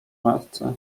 matce